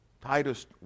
Titus